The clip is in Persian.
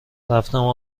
رفتم